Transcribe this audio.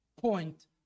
point